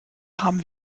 haben